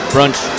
Brunch